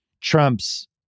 trumps